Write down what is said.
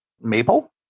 maple